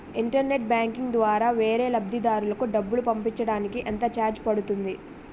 Internet banking ద్వారా వేరే లబ్ధిదారులకు డబ్బులు పంపించటానికి ఎంత ఛార్జ్ పడుతుంది?